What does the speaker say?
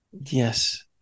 yes